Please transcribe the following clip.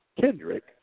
Kendrick